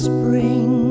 Spring